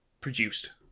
produced